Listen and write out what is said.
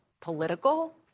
political